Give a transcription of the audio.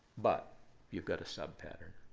but you've got a sub-pattern.